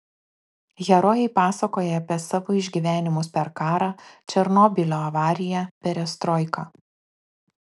herojai pasakoja apie savo išgyvenimus per karą černobylio avariją perestroiką